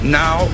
now